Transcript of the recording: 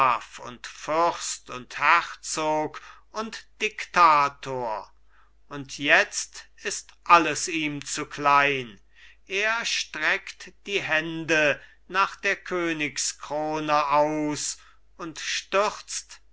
und fürst und herzog und diktator und jetzt ist alles ihm zu klein er streckt die hände nach der königskrone aus und stürzt